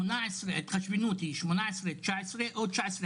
שההתחשבנות היא 19'-18' או 20'-19',